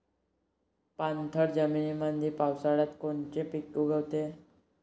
पाणथळ जमीनीमंदी पावसाळ्यात कोनचे पिक उगवते?